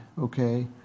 okay